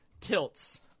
tilts